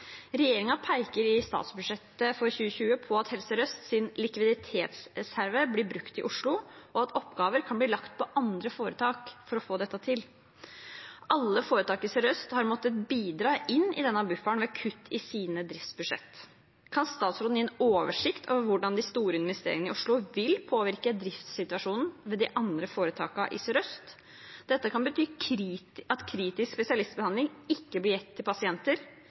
peker i statsbudsjettet for 2020 på at Helse Sør-Østs likviditetsreserve blir brukt i Oslo, og at oppgaver kan bli lagt til andre foretak for å få dette til. Alle foretak i Sør-Øst har måttet bidra inn i denne bufferen, med kutt i sine driftsbudsjetter. Kan statsråden gi en oversikt over hvordan de store investeringene i Oslo vil påvirke driftssituasjonen ved de andre foretakene i Sør-Øst? Dette kan bety at kritisk spesialistbehandling ikke blir gitt til pasienter.